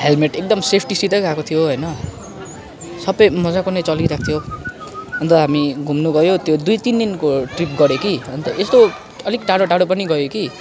helmet एकदम सेफ्टीसित गएको थियो होइन सबै मज्जाको नै चलिरहेको थियो अन्त हामी घुम्नु गयो त्यो दुई तिन दिनको ट्रिप गऱ्यो कि अन्त यस्तो अलिक टाडो टाडो पनि गयो कि